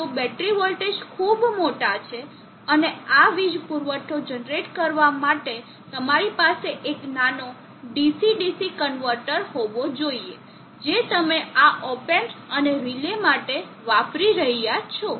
જો battery voltage ખૂબ મોટા છે અને આ વીજ પુરવઠો જનરેટ કરવા માટે તમારી પાસે એક નાનો DC DC કન્વર્ટર હોવો જોઈએ જે તમે આ op amps અને રિલે માટે વાપરી રહ્યા છો